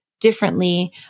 differently